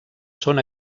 són